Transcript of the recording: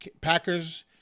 Packers